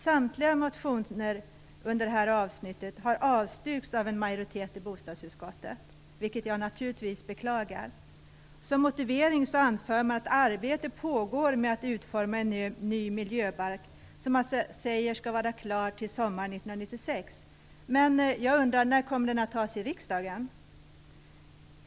Samtliga motioner avstyrks av en majoritet i bostadsutskottet, vilket jag naturligtvis beklagar. Som motivering anför man att det pågår ett arbete med att utforma en ny miljöbalk som man säger skall vara klar till sommaren 1996. Men jag undrar: När kommer den att antas av riksdagen?